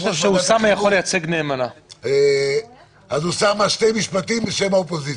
אז אוסאמה, שני משפטים בשם האופוזיציה.